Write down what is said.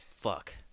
Fuck